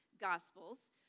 Gospels